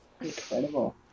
Incredible